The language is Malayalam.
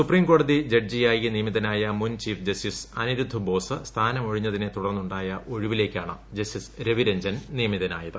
സുപ്രീ കോടതി ജഡ്ജിയായി നിയമിതനായ മുൻ ചീഫ് ജസ്റ്റീസ് അനിരുദ്ധ് ബോസ് സ്ഥാനമൊഴിഞ്ഞതിനെ തുടർന്നുണ്ടായ ഒഴിവിലേയ്ക്കാണ് ജസ്റ്റിസ് രവി രഞ്ജൻ നിയമിതനായത്